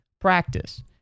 Practice